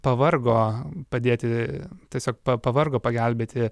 pavargo padėti tiesiog pa pavargo pagelbėti